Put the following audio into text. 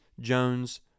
Jones